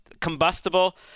Combustible